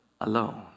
alone